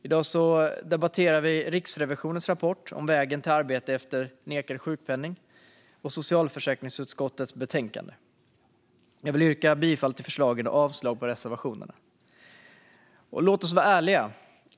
I dag debatterar vi Riksrevisionens rapport om vägen till arbete efter nekad sjukpenning samt socialförsäkringsutskottets betänkande. Jag vill yrka bifall till utskottets förslag och avslag på reservationerna. Låt oss vara ärliga!